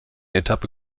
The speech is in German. etappe